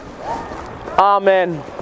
Amen